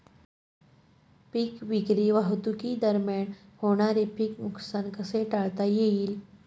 पीक विक्री वाहतुकीदरम्यान होणारे पीक नुकसान कसे टाळता येईल?